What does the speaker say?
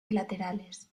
bilaterales